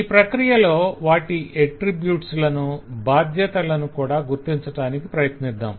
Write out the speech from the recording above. ఈ ప్రక్రియలో వాటి ఎట్త్రిబ్యుట్ లను బాధ్యతలను కూడా గుర్తించటానికి ప్రయత్నిద్దాం